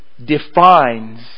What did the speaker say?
Defines